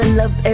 love